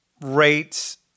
rates